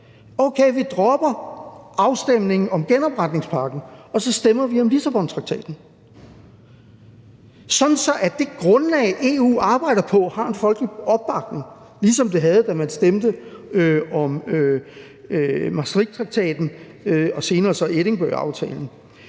Okay, vi dropper afstemningen om genopretningspakken, og så stemmer vi om Lissabontraktaten, sådan at det grundlag, EU arbejder på, har en folkelig opbakning, ligesom det havde, da man stemte om Maastrichttraktaten og senere Edinburghaftalen.